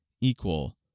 equal